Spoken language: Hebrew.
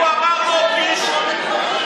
הוא אמר פה "קיש החנטריש".